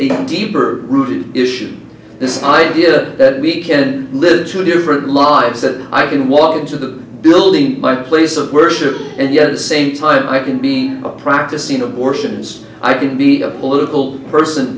a deeper rooted issue this idea that we can live two different lives that i can walk into the building in my place of worship and yet the same time i can be a practicing abortions i can be a political person